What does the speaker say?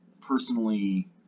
personally